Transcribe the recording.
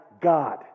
God